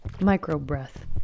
Micro-breath